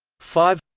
five